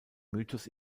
mythos